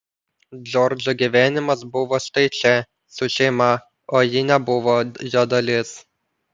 džordžo gyvenimas buvo štai čia su šeima o ji nebuvo jo dalis